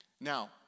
Now